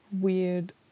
weird